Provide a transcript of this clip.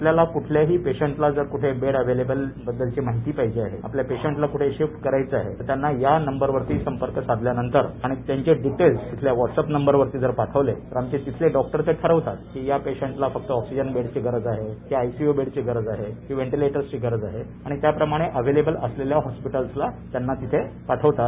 आपल्याला कुठल्याही पेशंटला जर कुठे बेड अव्हेलेबलची माहिती पाहिजे आहे आपल्या पेशंटला कठे शिफ्ट करायचा आहे त्यांना या नंबरवरती संपर्क साधल्या नंतर आणि त्यांच्या डिटेल्स व्हाटसअप नंबरवर पाठविले तर आमचे तिथले डाक्टर्स ठरवितात की या पेशंटला फक्त आक्सिजन बेडची गरज आहे कि आयसीयू बेडची गरज आहे की व्हेंटिलेटर बेडची गरज आहे आणि त्यानुसार अव्हेलेबर असलेल्या हास्पिटल्सला त्यांना तिथे पाठवितात